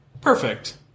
Perfect